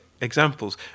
examples